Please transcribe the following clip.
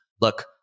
look